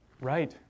Right